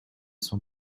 son